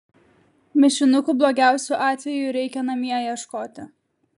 mišinukų blogiausiu atveju reikia namie ieškoti